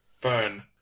Fern